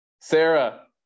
Sarah